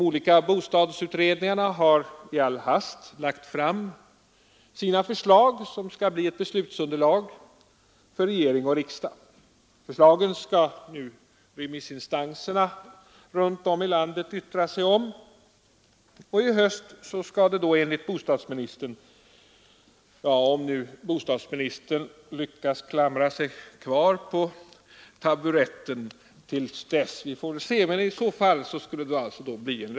De olika bostadsutredningarna har i all hast lagt fram sina förslag, som skall bli ett beslutsunderlag för regering och riksdag. Förslagen skall nu remissinstanserna runt om i landet yttra sig om, och i höst skall det enligt bostadsministern bli en reform — om nu bostadsministern lyckas klamra sig kvar på taburetten till dess; vi får se.